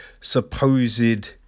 supposed